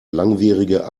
langwierige